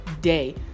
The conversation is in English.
day